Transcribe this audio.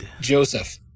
Joseph